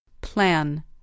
Plan